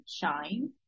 shine